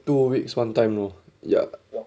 two weeks one time lor ya